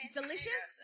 delicious